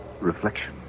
reflection